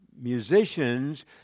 musicians